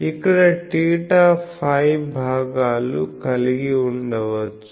ఇక్కడ θ φ భాగాలు కలిగి ఉండవచ్చు